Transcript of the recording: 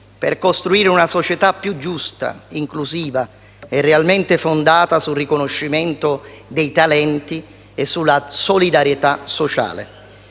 per costruire una società più giusta, inclusiva e realmente fondata sul riconoscimento dei talenti e sulla solidarietà sociale,